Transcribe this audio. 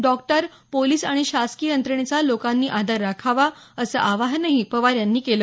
doctor police आणि शासकीय यंत्रणेचा लोकांनी आदर राखावा असं आवाहनही पवार यांनी केलं